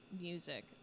music